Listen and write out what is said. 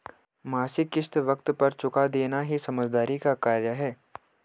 मासिक किश्त वक़्त पर चूका देना ही समझदारी का कार्य है